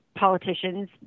politicians